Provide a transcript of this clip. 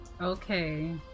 okay